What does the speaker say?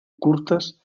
curtes